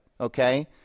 okay